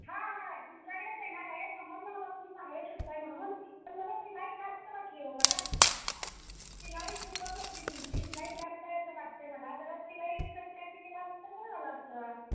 हां हां तुमच्याकडेच येणार आहे समजलं मला तुम्ही चांगले शिवताय म्हणून पण जरा शिलाई जास्त वाटली हो मला शिलाई खूपच वाटली तुमची शिलाई जास्त आहे असं वाटतंय मला जरा शिलाई कमी कायतरी केलं असतं बरं झालं असतं